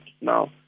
now